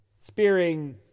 spearing